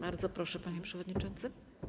Bardzo proszę, panie przewodniczący.